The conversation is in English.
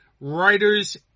writers